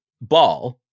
ball